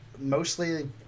mostly